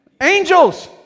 Angels